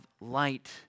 light